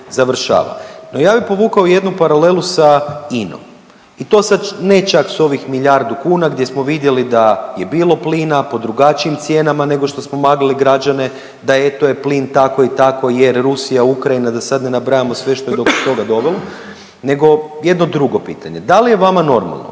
završava. No ja bih povukao jednu paralelu sa INA-om i to sad ne čak s ovih milijardu kuna gdje smo vidjeli da je bilo plina po drugačijim cijenama nego što smo maglili građane, da je plin tako i tako jer Rusija, Ukrajina da sad ne nabrajamo sve što je do toga dovelo nego jedno drugo pitanje. Da li je vama normalno